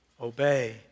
obey